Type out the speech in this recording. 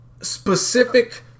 specific